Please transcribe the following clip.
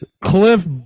Cliff